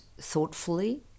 thoughtfully